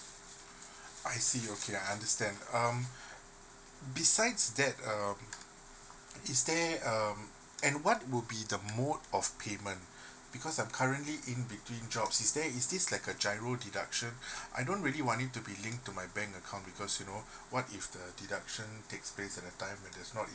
I see okay I understand um besides that um is there um and what would be the mode of payment because I'm currently in between jobs is there is this like a G_I_R_O deduction I don't really want it to be linked to my bank account because you know what if the deduction takes place at a time hwne there is not enough